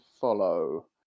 follow